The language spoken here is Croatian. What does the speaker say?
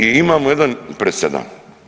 I imamo jedan presedan.